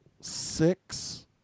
six